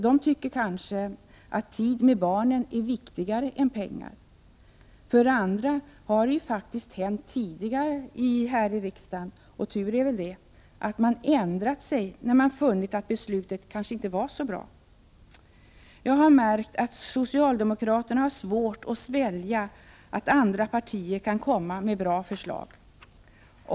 De tycker kanske att tid med barnen är viktigare än pengar. För det andra har det ju faktiskt hänt tidigare här i riksdagen — och tur är väl det — att man har ändrat sig när man funnit att beslutet kanske inte var så bra. Jag har märkt att socialdemokraterna har svårt att svälja att andra partier kan komma med bra förslag.